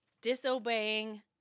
disobeying